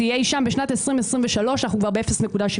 אי שם בשנת 2023 אנחנו כבר ב-0.75%.